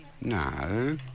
No